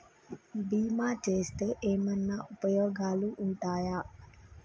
బీమా చేస్తే ఏమన్నా ఉపయోగాలు ఉంటయా?